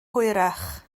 hwyrach